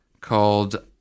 called